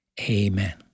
Amen